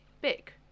big